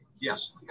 Yes